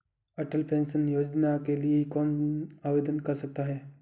अटल pension Yojana के लिए कौन आवेदन कर सकता है?